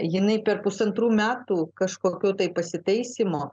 jinai per pusantrų metų kažkokio tai pasitaisymo